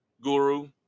guru